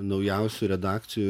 naujausių redakcijų